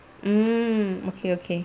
mm okay okay